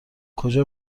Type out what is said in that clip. کجا